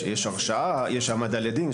יש הרשעה, יש העמדה לדין.